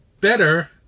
better